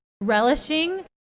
relishing